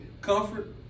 comfort